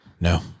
No